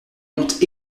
honte